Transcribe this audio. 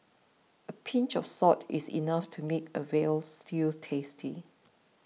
a pinch of salt is enough to make a Veal Stew tasty